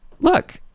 Look